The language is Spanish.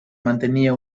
mantenía